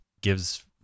gives